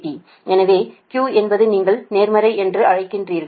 எனவே Q என்பது நீங்கள் நேர்மறை என்று அழைக்கிறீர்கள்